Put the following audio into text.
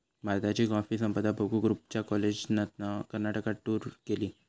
भारताची कॉफी संपदा बघूक रूपच्या कॉलेजातना कर्नाटकात टूर गेली